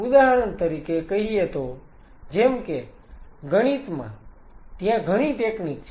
ઉદાહરણ તરીકે કહીએ તો જેમ કે ગણિતમાં ત્યાં ઘણી ટેકનીક છે